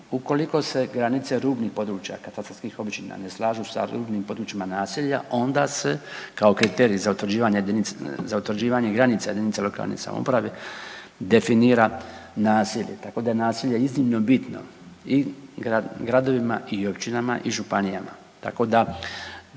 Ukoliko se granice rubnih područja katastarskih općina ne slažu sa rubnim područjima naselja onda se kao kriterij za utvrđivanje granica JLS definira naselje, tako da je naselje iznimno bitno i gradovima i općinama i županijama.